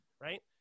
right